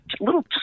little